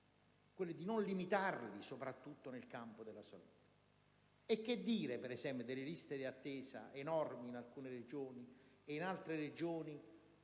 di non limitarli soprattutto nel campo della salute. E che dire, per esempio, delle liste di attesa enormi in alcune Regioni, mentre in altre Regioni